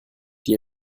die